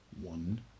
one